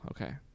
okay